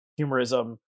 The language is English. humorism